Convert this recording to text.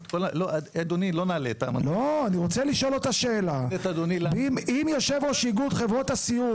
ואני העליתי נושא ואמרתי מה אנחנו הצענו.